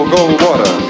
Goldwater